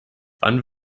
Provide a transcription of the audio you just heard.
wann